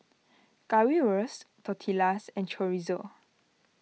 Currywurst Tortillas and Chorizo